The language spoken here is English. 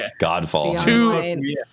Godfall